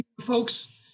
folks